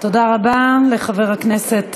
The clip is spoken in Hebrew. תודה רבה לחבר הכנסת